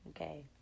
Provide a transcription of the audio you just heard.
okay